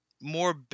more